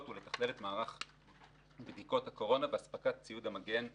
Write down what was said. ולתכלל את מערך בדיקות הקורונה ואספקת ציוד המגן למוסדות.